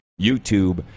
YouTube